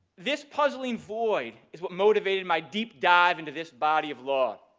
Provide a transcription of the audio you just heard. this puzzling void is what motivated my deep dive into this body of law.